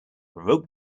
rope